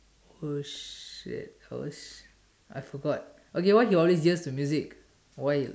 oh shit oh sh I forgot okay what's your origins to music why you